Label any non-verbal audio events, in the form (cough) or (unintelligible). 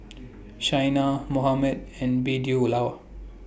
Shaina Mohammed and (unintelligible)